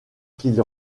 qu’il